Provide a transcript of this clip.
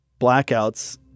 blackouts